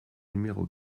numéro